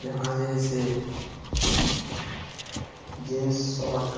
यहाँ जे हइ से जींस शर्ट